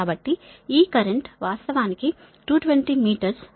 కాబట్టి ఈ కరెంట్ వాస్తవానికి 220 మీ 279